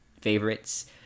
favorites